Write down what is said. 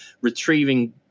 retrieving